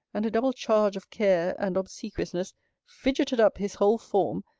and a double charge of care and obsequiousness fidgeted up his whole form,